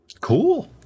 cool